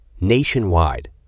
nationwide